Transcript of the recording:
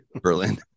Berlin